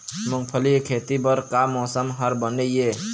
मूंगफली के खेती बर का मौसम हर बने ये?